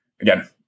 again